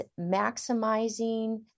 maximizing